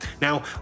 Now